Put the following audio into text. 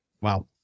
Wow